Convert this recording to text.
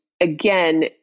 again